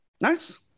nice